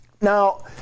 Now